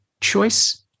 choice